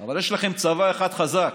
אבל יש לכם צבא אחד חזק,